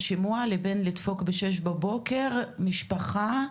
מה בין שימוע לבין לדפוק ב-06:00 בבוקר אצל משפחה,